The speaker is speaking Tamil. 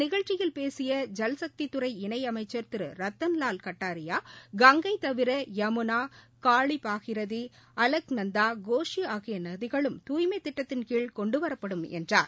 நிகழ்ச்சியில் பேசிய இணையமைச்சர் இந்த ஐல்சக்தித்துறை திரு ரத்தன்வால் கட்டாரியா கங்கை தவிர யமுனா காளி பகீரதி அலக்நந்தா கோஷி ஆகிய நதிகளும் தூய்மை திட்டத்தின் கீழ் கொண்டு வரப்படும் என்றார்